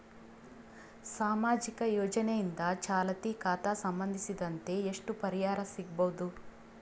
ಸಾಮಾಜಿಕ ಯೋಜನೆಯಿಂದ ಚಾಲತಿ ಖಾತಾ ಸಂಬಂಧಿಸಿದಂತೆ ಎಷ್ಟು ಪರಿಹಾರ ಸಿಗಬಹುದು?